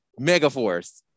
megaforce